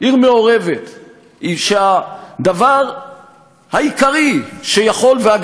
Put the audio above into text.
עיר מעורבת שהדבר העיקרי שיכול להרים אותה,